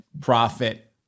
profit